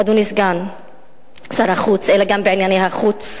אדוני סגן שר החוץ, אלא גם בענייני החוץ.